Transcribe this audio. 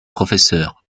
professeurs